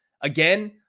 Again